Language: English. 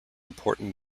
important